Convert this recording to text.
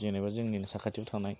जेनेबा जोंनिनो साखाथियाव थानाय